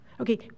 Okay